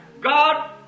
God